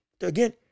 again